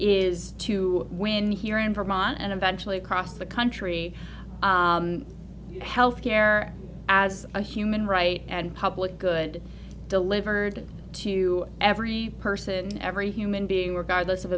is to win here in vermont and eventually across the country health care as a human right and public good delivered to every person every human being regardless of